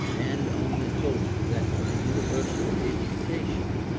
and only hoped that by universal education,